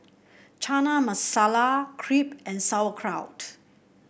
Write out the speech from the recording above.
Chana Masala Crepe and Sauerkraut